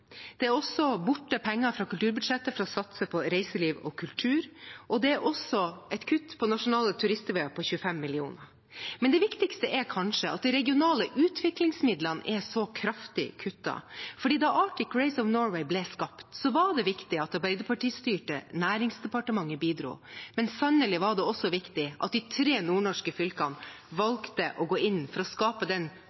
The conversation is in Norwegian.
Det er også borte penger fra kulturbudsjettet for å satse på reiseliv og kultur, og det er et kutt på Nasjonale turistveger på 25 mill. kr. Men det viktigste er kanskje at de regionale utviklingsmidlene er så kraftig kuttet. Da Arctic Race of Norway ble skapt, var det viktig at det Arbeiderparti-styrte Næringsdepartementet bidro, men sannelig var det også viktig at de tre nordnorske fylkene